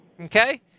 Okay